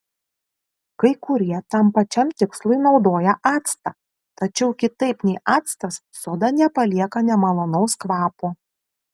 kai kurie tam pačiam tikslui naudoja actą tačiau kitaip nei actas soda nepalieka nemalonaus kvapo